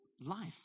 life